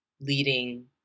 leading